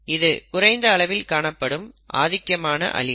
இது குறைந்த அளவில் காணப்படும் ஆதிக்கமான அலீல்